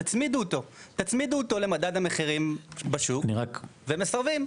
תצמידו אותו למדד המחירים בשוק והם מסרבים.